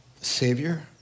Savior